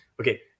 Okay